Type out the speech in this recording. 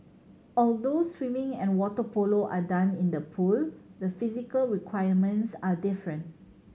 although swimming and water polo are done in the pool the physical requirements are different